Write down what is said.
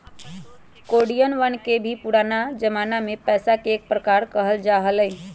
कौडियवन के भी पुराना जमाना में पैसा के एक प्रकार कहल जा हलय